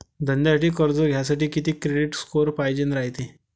धंद्यासाठी कर्ज घ्यासाठी कितीक क्रेडिट स्कोर पायजेन रायते?